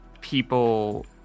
people